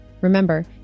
Remember